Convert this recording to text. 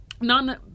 None